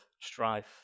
strife